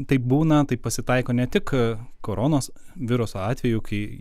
taip būna taip pasitaiko ne tik koronos viruso atveju kai